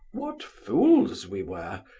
what fools we were,